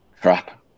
Crap